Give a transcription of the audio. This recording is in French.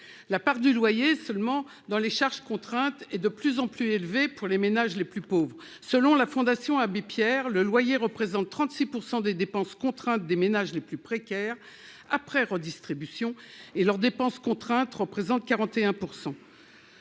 La part du loyer dans les charges contraintes est de plus en plus élevée pour les ménages les plus pauvres. Selon la Fondation Abbé Pierre, le loyer représente 36 % des dépenses contraintes des ménages les plus précaires après redistribution. Selon l'Insee, l'ensemble des charges contraintes représentent 41